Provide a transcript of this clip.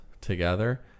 together